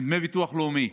מדמי ביטוח לאומי,